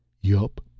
Yup